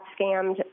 scammed